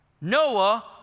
Noah